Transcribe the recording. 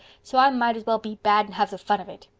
so i might as well be bad and have the fun of it.